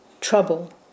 trouble